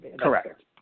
correct